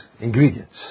ingredients